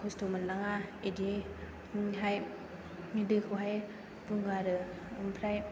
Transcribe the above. खस्थ' मोननाङा बिदिनोहाय बे दैखौहाय बुङो आरो ओमफ्राय